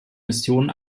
mission